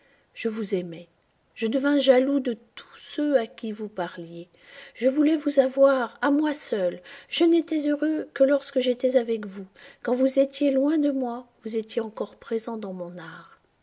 je vous aimai je devins jaloux de tous ceux à qui vous parliez je voulais vous avoir à moi seul je n'étais heureux que lorsque j'étais avec vous quand vous étiez loin de moi vous étiez encore présent dans mon art